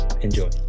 enjoy